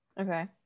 Okay